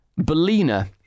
Belina